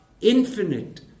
Infinite